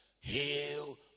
Heal